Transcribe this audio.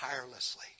tirelessly